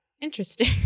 interesting